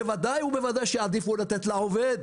בוודאי ובוודאי שיעדיפו לתת לעובד